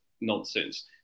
nonsense